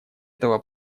этого